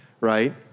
right